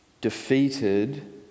defeated